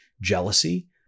jealousy